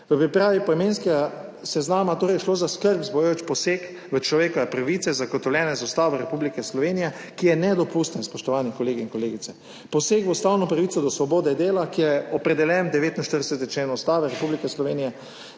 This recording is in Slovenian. V pripravi poimenskega seznama je torej šlo za skrb vzbujajoč poseg v človekove pravice, zagotovljene z Ustavo Republike Slovenije, ki je nedopusten, spoštovani kolegi in kolegice, poseg v ustavno pravico do svobode dela, ki je opredeljen v 49. členu Ustave Republike Slovenije,